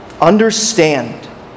Understand